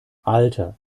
alter